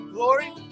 Glory